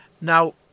Now